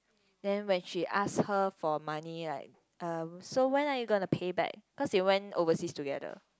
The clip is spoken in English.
then when she ask her for money like um so when are you going to pay back cause they went overseas together